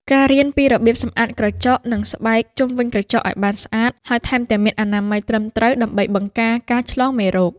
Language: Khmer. ការរៀនពីរបៀបសម្អាតក្រចក និងស្បែកជុំវិញក្រចកឱ្យបានស្អាត ហើយថែមទាំងមានអនាម័យត្រឹមត្រូវ ដើម្បីបង្ការការឆ្លងមេរោគ។